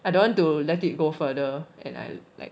I don't want to let it go further and I'm like